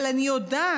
אבל אני יודעת